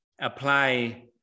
apply